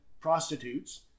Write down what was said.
prostitutes